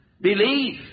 believe